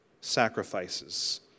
sacrifices